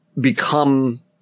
become